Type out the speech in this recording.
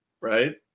right